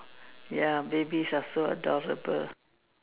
ya babies are so adorable